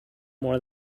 more